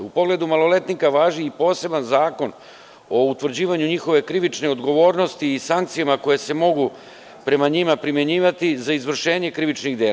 U pogledu maloletnika važi i poseban Zakon o utvrđivanju njihove krivične odgovornosti i sankcijama koje se mogu prema njima primenjivati za izvršenje krivičnih dela.